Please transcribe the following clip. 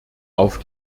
auf